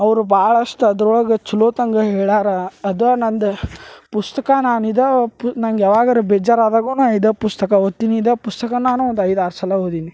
ಅವರು ಭಾಳಷ್ಟು ಅದ್ರೊಳಗೆ ಚಲೋತಂಗ ಹೇಳಾರ ಅದು ನಂದು ಪುಸ್ತಕ ನಾನು ಇದಾ ಒಪ್ ನಂಗೆ ಯಾವಾಗಾರ ಬೇಜಾರು ಆದಾಗು ನಾ ಇದೇ ಪುಸ್ತಕ ಓದ್ತೀನಿ ಇದ ಪುಸ್ತಕ ನಾನು ಒಂದು ಐದು ಆರು ಸಲ ಓದಿದ್ದೀನಿ